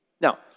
Now